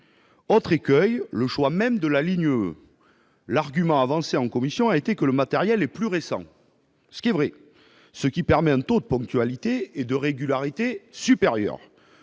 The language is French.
autre écueil tient au choix même de la ligne E. L'argument avancé en commission a été que le matériel y est plus récent- c'est vrai -, ce qui permet des taux de ponctualité et de régularité supérieurs.